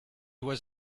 was